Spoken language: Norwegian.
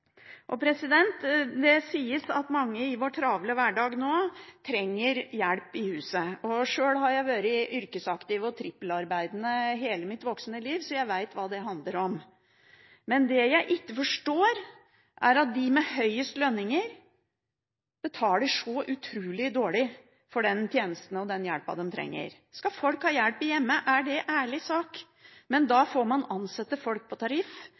Det sies at mange i vår travle hverdag nå trenger hjelp i huset. Sjøl har jeg vært yrkesaktiv og trippelarbeidende hele mitt voksne liv, så jeg vet hva det handler om. Men det jeg ikke forstår, er at de med høyest lønninger betaler så utrolig dårlig for den tjenesten og den hjelpen de trenger. Skal folk ha hjelp hjemme, er det en ærlig sak, men da får man ansette folk på tariff,